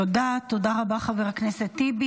תודה רבה, חבר הכנסת טיבי.